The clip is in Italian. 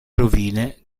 rovine